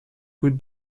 would